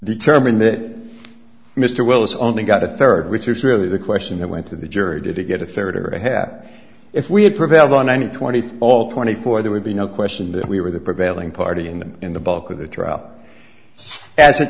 determined that mr willis only got a third which really the question that went to the jury did he get a third or have if we had prevailed on any twenty three all twenty four there would be no question that we were the prevailing party in the in the bulk of the trial as it